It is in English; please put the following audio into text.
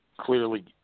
Clearly